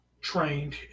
Trained